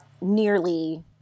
nearly